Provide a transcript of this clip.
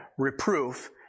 Reproof